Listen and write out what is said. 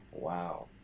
Wow